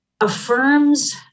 affirms